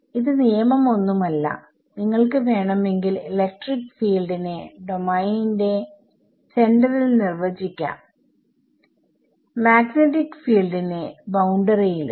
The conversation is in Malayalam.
ഇത് നിയമം ഒന്നുമല്ല നിങ്ങൾക്ക് വേണമെങ്കിൽ ഇലെക്ട്രിക് ഫീൽഡ് നെ ഡോമെയിൻ ന്റെ സെന്ററിൽ നിർവചിക്കാം മാഗ്നെറ്റിക് ഫീൽഡ് നെ ബൌണ്ടറി യിലും